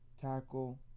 tackle